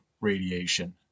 radiation